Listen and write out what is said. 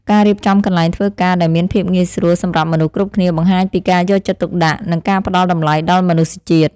ការរៀបចំកន្លែងធ្វើការដែលមានភាពងាយស្រួលសម្រាប់មនុស្សគ្រប់គ្នាបង្ហាញពីការយកចិត្តទុកដាក់និងការផ្តល់តម្លៃដល់មនុស្សជាតិ។